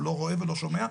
הוא לא רואה ולא שומע.